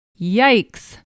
Yikes